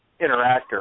interactor